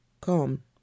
come